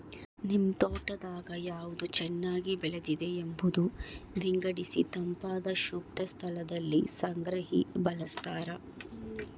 ನಿಮ್ ತೋಟದಾಗ ಯಾವ್ದು ಚೆನ್ನಾಗಿ ಬೆಳೆದಿದೆ ಎಂಬುದ ವಿಂಗಡಿಸಿತಂಪಾದ ಶುಷ್ಕ ಸ್ಥಳದಲ್ಲಿ ಸಂಗ್ರಹಿ ಬಳಸ್ತಾರ